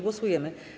Głosujemy.